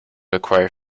acquire